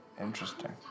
Interesting